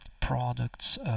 products